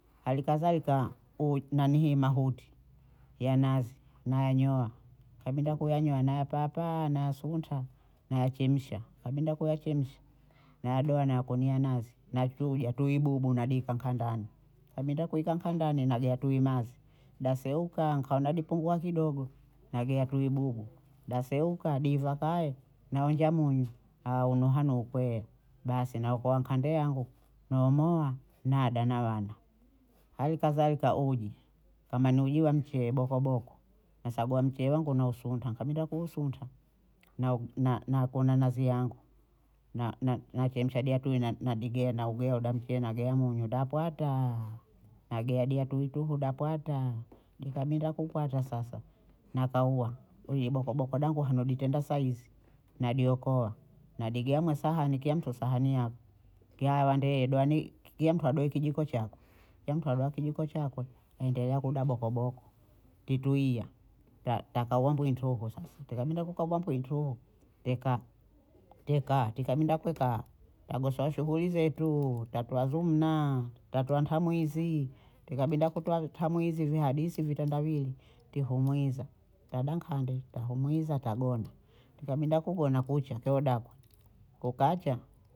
Halikadhalika u- nanihii mahuti, ya nazi nayanyoa, nikabinda kuyanyoa nayapapaa. nayasunta nayachemsha. nikabinda kuchemsha nayadoha nayakunia nazi, nachuja tui bubu nadika nkandani, nkabinda kuwika nkandani nagea tui mazi daseuka nikaona dipungua kidogo nagea tui bubu daseuka diva kaye naonja munyu, ahunuhanu ukwee basi naokoa nkande yangu nahumoa nada na wana, halikadhalika uji, kama ni uji wa mcheye bokoboko, nasagua mcheye wangu nahusunta, nikabinda kuhusunta na- na- nakuna nazi yangu na- na- nachemsha dia tui na- nadigea na uga huda mcheye nagea munyu dapwataa, nagea dia tui tuhu dapwata, dikabinda kupwata sasa nakauwa uyi bokoboko dangu hano ditenda saizi nadiokoa, nadigea mwe sahani kiya mtu sahani yakwe, ya wandehe dwani ki- kiya mtu hadohe kijiko chakwe, kiya mtu hadoha kijiko chakwe aendelea kuda bokoboko, tituhiya ta- takauwa mbwiyi ntuhu sasa, tikabinda kukauwa mbwiyi ntuhu teka teka tikabinda kweka yagosowa shughuli zetu twatoa zumna, twatoa ntamwizi, tikabinda kutoa tamwizi viye hadithi vitendawili tihumwinza tada nkande tahumwiza tagona, tukabinda kugona kucha tehodakwe kukacha